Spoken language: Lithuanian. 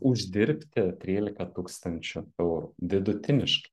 uždirbti trylika tūkstančių eurų vidutiniškai